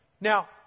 now